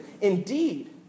indeed